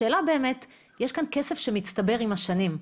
השאלה באמת - יש כאן כסף שמצטבר עם השנים.